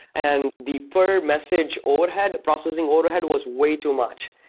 and the per message overhead, processing overhead, was way too much.